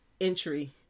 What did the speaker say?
entry